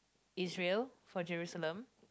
Israel for Jerusalem